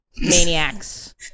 maniacs